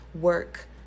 work